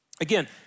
Again